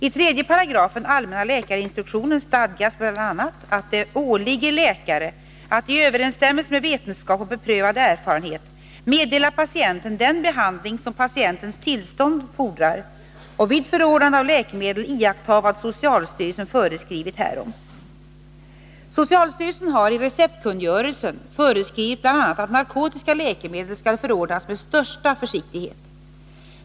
I 3 § allmänna läkarinstruktionen stadgas bl.a. att det åligger läkare att i överensstämmelse med vetenskap och beprövad erfarenhet meddela patienten den behandling som patientens tillstånd fordrar och vid förordnande av läkemedel iaktta vad socialstyrelsen föreskrivit härom. Socialstyrelsen har i receptkungörelsen föreskrivit bl.a. att narkotiska läkemedel skall förordnas med största försiktighet.